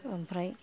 ओमफ्राय